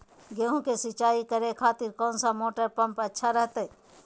गेहूं के सिंचाई करे खातिर कौन सा मोटर पंप अच्छा रहतय?